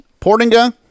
Portinga